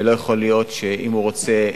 ולא יכול להיות שאם הוא רוצה,